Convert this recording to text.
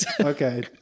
Okay